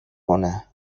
کنه